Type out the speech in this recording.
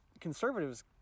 conservatives